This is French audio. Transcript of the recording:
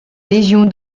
légion